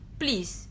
please